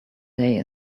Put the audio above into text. day